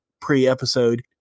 pre-episode